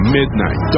midnight